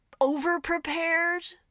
overprepared